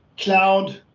Cloud